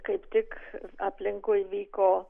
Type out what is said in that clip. kaip tik aplinkui vyko